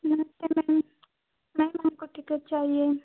नमस्ते ma'am ma'am हम को टिकट चाहिए